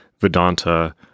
Vedanta